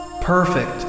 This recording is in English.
Perfect